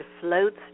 floats